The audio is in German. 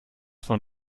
von